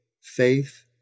faith